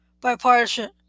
bipartisanship